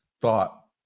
thought